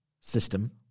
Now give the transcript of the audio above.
system